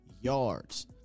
yards